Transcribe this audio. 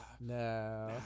No